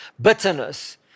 bitterness